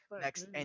next